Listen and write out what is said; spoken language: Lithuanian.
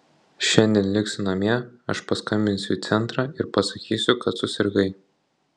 šiandien liksi namie aš paskambinsiu į centrą ir pasakysiu kad susirgai